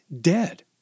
dead